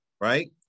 right